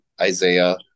Isaiah